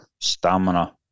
stamina